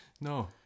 no